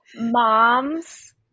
moms